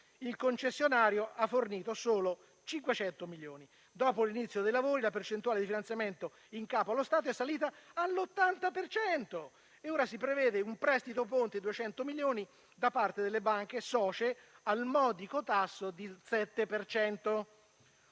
il concessionario ha fornito solo 500 milioni. Dopo l'inizio dei lavori, la percentuale di finanziamento in capo allo Stato è salita all'80 per cento, e ora si prevede un prestito ponte di 200 milioni da parte delle banche socie, al modico tasso del 7